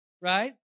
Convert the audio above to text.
Right